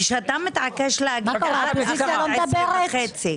כשאתה מתעקש להגיד עד 11 וחצי,